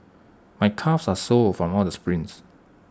my calves are sore from all the sprints